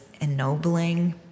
ennobling